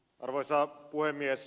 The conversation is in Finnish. arvoisa puhemies